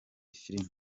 filimi